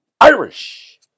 Irish